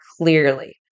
clearly